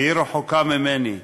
והיא רחוקה ממני".